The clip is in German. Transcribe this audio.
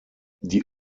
die